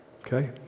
Okay